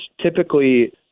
typically